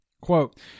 Quote